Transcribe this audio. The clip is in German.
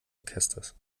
orchesters